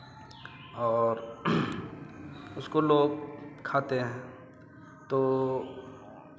और उसको लोग खाते हैं तो